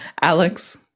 Alex